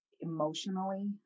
emotionally